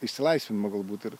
išsilaisvinimą galbūt ir